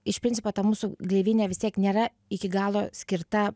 iš principo ta mūsų gleivinė vis tiek nėra iki galo skirta